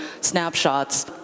snapshots